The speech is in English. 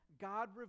God